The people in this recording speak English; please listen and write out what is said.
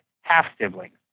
half-siblings